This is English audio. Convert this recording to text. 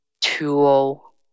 tool